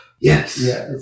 yes